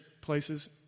places